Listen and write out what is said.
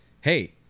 hey